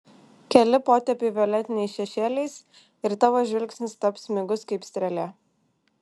keli potėpiai violetiniais šešėliais ir tavo žvilgsnis taps smigus kaip strėlė